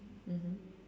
mmhmm